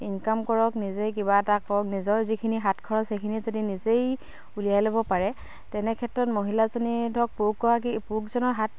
income কৰক নিজেই কিবা এটা কৰক নিজৰ যিখিনি হাত খৰচ সেইখিনি যদি নিজেই উলিয়াই ল'ব পাৰে তেনে ক্ষেত্ৰত মহিলাজনী ধৰক পুৰুষগৰাকী পুৰুষজনৰ হাত